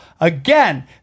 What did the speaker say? Again